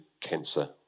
cancer